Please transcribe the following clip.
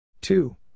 Two